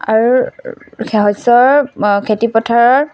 আৰু শস্যৰ খেতি পথাৰৰ